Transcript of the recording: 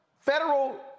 federal